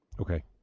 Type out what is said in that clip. Okay